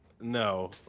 No